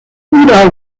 una